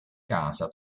casa